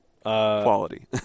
quality